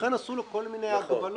ולכן עשו לו כל מיני הגבלות,